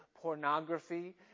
pornography